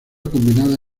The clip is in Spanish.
combinada